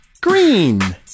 Green